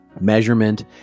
measurement